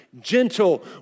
Gentle